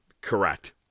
Correct